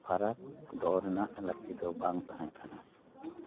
ᱯᱷᱟᱨᱟᱠ ᱫᱚᱦᱚ ᱨᱮᱱᱟᱜ ᱞᱟᱹᱠᱛᱤ ᱫᱚ ᱵᱟᱝ ᱛᱟᱦᱮᱸ ᱠᱟᱱᱟ